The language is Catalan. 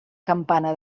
campana